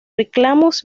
reclamos